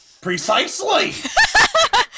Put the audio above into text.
Precisely